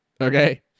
Okay